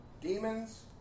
demons